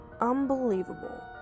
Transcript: unbelievable